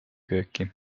kööki